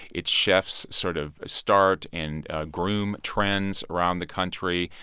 its chefs sort of start and groom trends around the country.